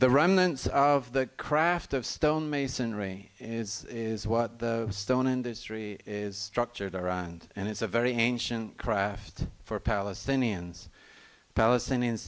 the remnants of the craft of stone masonry is what the stone industry is structured around and it's a very ancient craft for palestinians palestinian